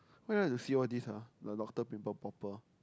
why you want to see all this ah the doctor people popper